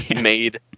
made